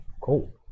cool